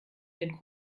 den